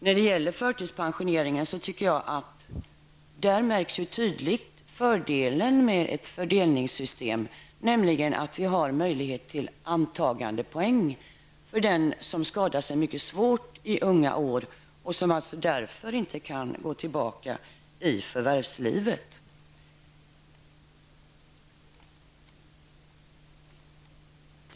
När det gäller förtidspensioneringen tycker jag att där märks tydligt fördelen med ett fördelningssystem, nämligen att vi har möjlighet till antagandepoäng för den som skadar sig mycket svårt i unga år och som därför inte kan gå tillbaka i förvärvslivet.